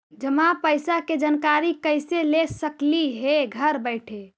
जमा पैसे के जानकारी कैसे ले सकली हे घर बैठे?